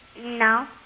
No